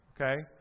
okay